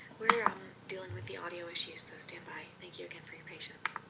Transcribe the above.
we're yeah dealing with the audio issue. so stand by. thank you again for your patience.